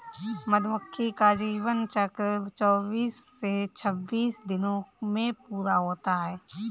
मधुमक्खी का जीवन चक्र चौबीस से छब्बीस दिनों में पूरा होता है